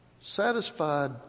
satisfied